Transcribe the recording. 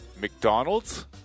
McDonald's